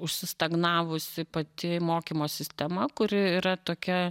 užsistagnavusi pati mokymo sistema kuri yra tokia